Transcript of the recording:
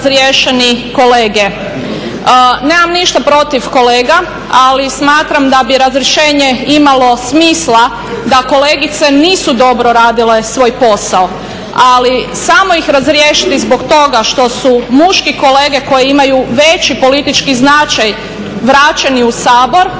Nemam ništa protiv kolega, ali smatram da bi razrješenje imalo smisla da kolegice nisu dobro radile svoj posao, ali samo ih razriješiti zbog toga što su muški kolege koji imaju veći politički značaj vraćeni u Sabor